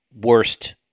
worst